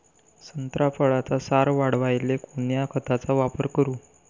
संत्रा फळाचा सार वाढवायले कोन्या खताचा वापर करू?